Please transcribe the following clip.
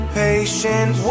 patient